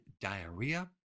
diarrhea